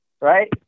Right